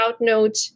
note